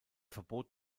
verbot